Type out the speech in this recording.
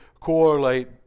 correlate